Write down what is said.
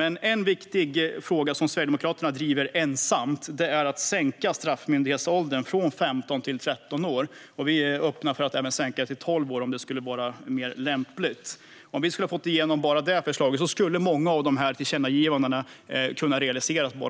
En viktig fråga som Sverigedemokraterna är ensamma om att driva är att straffmyndighetsåldern ska sänkas från 15 till 13 år. Vi är öppna för att även sänka till 12 år, om det skulle vara mer lämpligt. Om vi skulle få igenom bara förslaget om en sänkning av straffmyndighetsåldern skulle många tillkännagivanden kunna realiseras. Men det